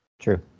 True